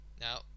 Now